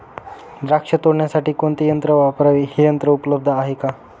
द्राक्ष तोडण्यासाठी कोणते यंत्र वापरावे? हे यंत्र उपलब्ध आहे का?